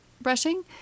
brushing